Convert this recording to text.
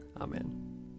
Amen